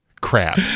Crap